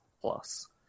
plus